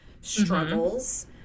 struggles